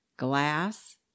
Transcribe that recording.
glass